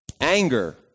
anger